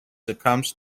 succumbs